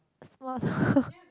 small talk